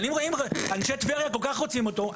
אבל אם אנשי טבריה כל כך רוצים אותו,